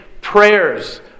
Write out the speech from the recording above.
prayers